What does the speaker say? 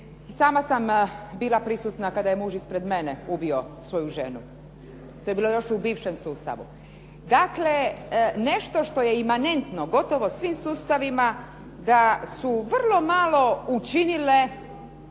sama sam bila prisutna kada je muž ispred mene ubio svoju ženu, to je bilo još u bivšem sustavu. Dakle, nešto što je imanentno gotovo svim sustavima da su vrlo malo učinile